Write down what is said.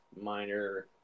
minor